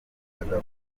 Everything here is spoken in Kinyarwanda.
agakora